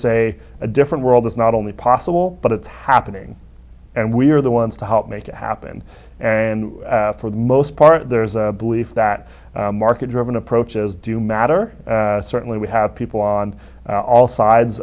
say a different world is not only possible but it's happening and we're the ones to help make it happen and for the most part there's a belief that market driven approaches do matter and certainly we have people on all sides